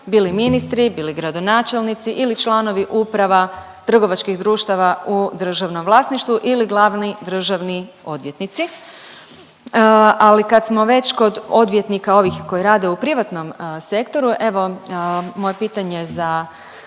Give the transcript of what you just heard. bili ministri, bili gradonačelnici ili članovi uprava trgovačkih društava u državnom vlasništvu ili glavni državni odvjetnici, ali kad smo već kod odvjetnika ovih koji rade u privatnom sektoru evo moje pitanje za